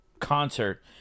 concert